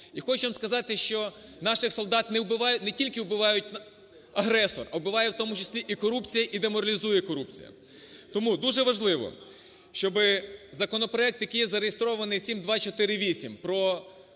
І хочу вам сказати, що наших солдат не тільки вбивають агресор, а вбиває в тому числі і корупція, і деморалізує корупція. Тому дуже важливо, щоб законопроект, який зареєстрований 7248, про